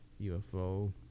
UFO